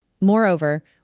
Moreover